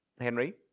Henry